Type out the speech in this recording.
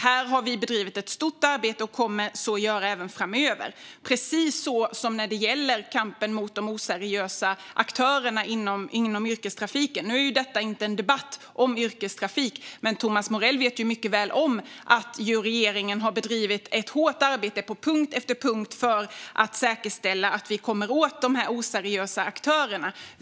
Här har vi bedrivit ett stort arbete, och det kommer vi att göra även framöver, precis som när det gäller kampen mot de oseriösa aktörerna inom yrkestrafiken. Nu är det inte yrkestrafik vi debatterar här, men Thomas Morell vet ju mycket väl om att regeringen har bedrivit ett hårt arbete på punkt efter punkt för att säkerställa att vi kommer åt de oseriösa aktörerna.